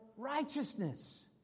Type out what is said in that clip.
righteousness